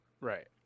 Right